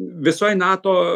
visoj nato